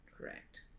Correct